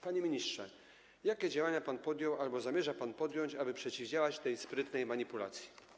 Panie ministrze, jakie działania pan podjął albo zamierza pan podjąć, aby przeciwdziałać tej sprytnej manipulacji?